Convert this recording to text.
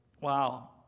wow